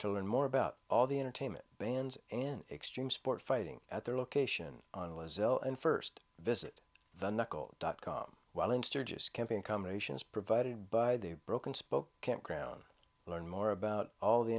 to learn more about all the entertainment band and extreme sport fighting at their location on was ill and first visit the knuckle dot com while in sturgis camping combinations provided by the broken spoke campground learn more about all the